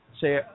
say